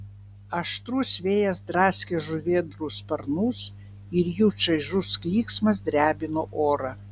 aštrus vėjas draskė žuvėdrų sparnus ir jų čaižus klyksmas drebino orą